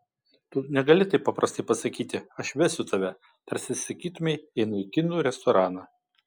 tu negali taip paprastai pasakyti aš vesiu tave tarsi sakytumei einu į kinų restoraną